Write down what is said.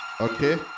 Okay